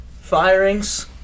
firings